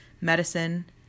medicine